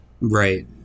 right